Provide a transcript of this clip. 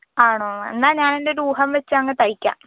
ആണോ എന്നാൽ ഞാനെൻ്റെ ഒരു ഊഹം വച്ച് അങ്ങ് തയ്ക്കാം